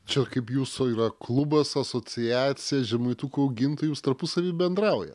čia kaip jūsų yra klubas asociacija žemaitukų augintojų jūs tarpusavy bendrauja